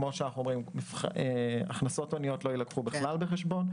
כלומר הכנסות הוניות לא יילקחו בחשבון בכלל,